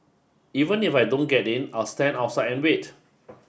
even if I don't get in I'll stand outside and wait